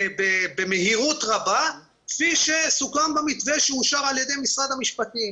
במהירות רבה כפי שסוכם במתווה שאושר על ידי משרד המשפטים.